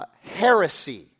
heresy